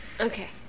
Okay